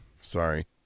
sorry